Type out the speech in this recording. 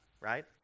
Right